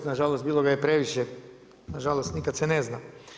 Na žalost bilo ga je previše, na žalost nikad se ne zna.